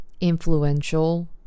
influential